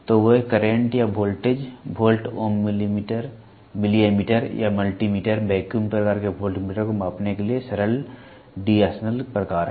तो वे करंट या voltage volt ohm milli ammeter या मल्टी मीटर वैक्यूम प्रकार के वोल्टमीटर को मापने के लिए सरल D'Arsonval डी ऑर्सनवल प्रकार हैं